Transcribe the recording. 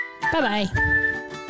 Bye-bye